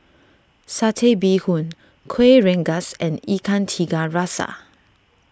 Satay Bee Hoon Kueh Rengas and Ikan Tiga Rasa